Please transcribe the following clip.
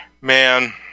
man